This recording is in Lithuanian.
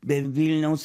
be vilniaus